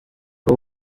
aba